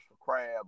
crab